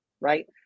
right